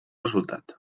resultat